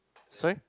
sorry